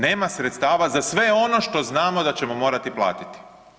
Nema sredstava za sve ono što znamo da ćemo morati platiti.